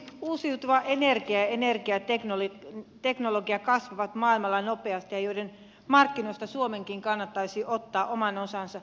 uusiutuva energia ja energiateknologia kasvavat maailmalla nopeasti ja niiden markkinoista suomenkin kannattaisi ottaa oma osansa